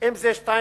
אם זה 2.6%,